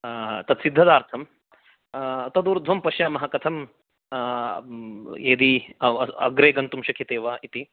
तत्सिद्धतार्थं तदूर्ध्वं पश्यामः कथं यदि अग्रे गन्तुं शक्यते वा इति